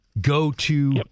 go-to